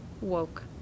woke